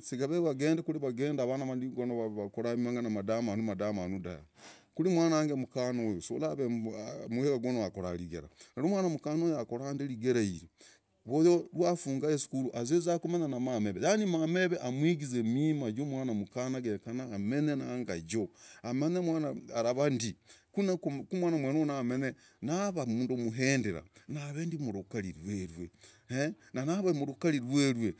Si gave vagende kuri van vamadiku ganu vakora vindu vudamanu dave. Kuri mwana wange mukana uyu. muhigu gunu akora rigers. Nu mwana wange akora rigera ni rwa afunge musuru. aziza kumenya na mameve amuigize mima ju mwana mukana genya amenye nangajio. Amanye ndi. Ni ave mundu muhindra amanye arava ndi mrukari rwerwe. Ni ave mrukari rwerwe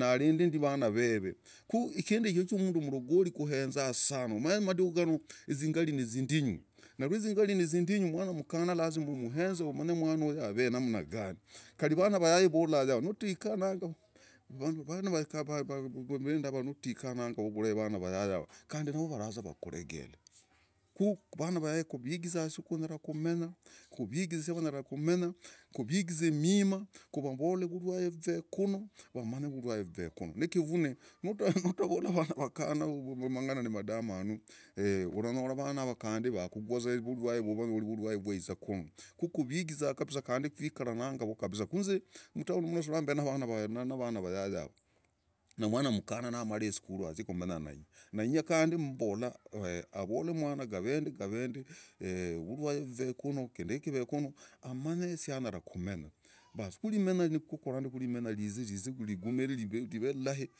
amarinde ndi vana veve. Ku kindu varogori vahenza sana. umanye madiku ganu zingari ni zindinyu. Ni zindunyu mbaka mwana mukhana umuhenze. Umanye mwana uyu ave namna gani. Kari vana vayai vulla yaha. nutaikara navo kunavaze vakuregere. Ku vana vayai kuvigiza kusarakumenya. kuviigize mima. kuvavole vurware vuve kunu. vamanye vurware vuve kunu. Nutavola vana vakana mang'ana ni madamanu. uranyora vana ava vurware vwaiza kunu. Kuvigiza nu kuikara nango kabisaa. Surora mutown mbe na vana vayai ava na mwana mukana na amari musukuru azin kumenya na ninya. Na ninya ambole. gavendi gavendi. Vurware vuve kunu. Sia manye kuri anyara kumenya.